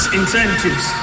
incentives